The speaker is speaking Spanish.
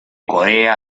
corea